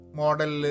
model